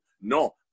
No